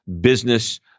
business